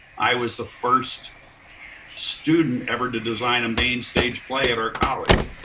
i was the first student ever to design a main stage play at our college.